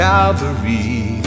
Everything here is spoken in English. Calvary